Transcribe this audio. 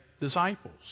disciples